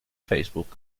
facebook